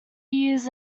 years